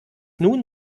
nun